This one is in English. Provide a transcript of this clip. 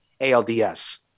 ALDS